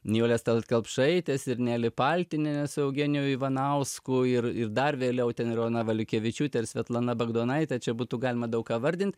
nijolės tallat kelpšaitės ir nelė paltinienė su eugeniju ivanausku ir ir dar vėliau ten ir ona valiukevičiūtė ir svetlana bagdonaitė čia būtų galima daug ką vardint